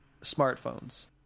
smartphones